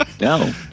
No